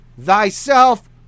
thyself